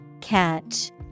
Catch